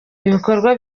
ibikorwa